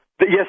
Yes